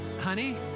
honey